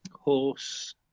Horse